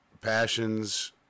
Passions